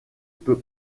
peut